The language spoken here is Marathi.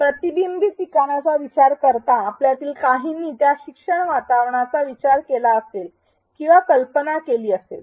प्रतिबिंबित ठिकाणाचा विचार करा आपल्यातील काहींनी त्या शिक्षण वातावरणाचा विचार केला असेल किंवा कल्पना केली असेल